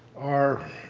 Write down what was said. are